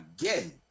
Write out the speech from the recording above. again